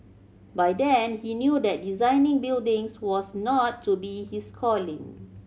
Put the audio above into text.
by then he knew that designing buildings was not to be his calling